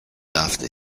after